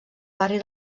barri